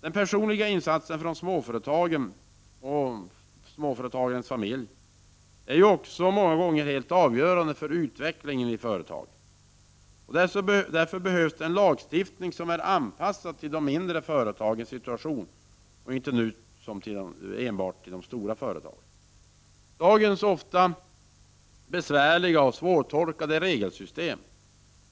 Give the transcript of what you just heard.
Den personliga insatsen från småföretagaren och dennes familj är många gånger helt avgörande för utvecklingen i företaget. Det behövs därför en lagstiftning som är anpassad till de mindre företagens situation och inte som nu enbart till de stora företagen. Det besvärliga och svårtolkade regelsystem som i dag finns